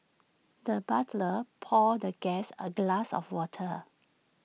the butler poured the guest A glass of water